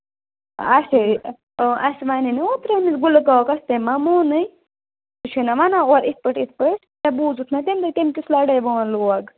اَسے اَسہِ وَنے نہٕ ترٛٲیمِس گُلکاکَس تٔمۍ ما مونٕے ژٕ چھُنا وَنان اورٕ اِتھ پٲٹھۍ اِتھ پٲٹھۍ ژےٚ بوٗزُتھ نہ تَمہِ دۄہ تٔمۍ کیُتھ لَڑٲے وان لوگ